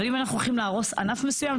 אבל אם אנחנו הולכים להרוס ענף מסוים,